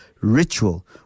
ritual